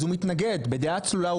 אז הוא מתנגד בדעה צלולה,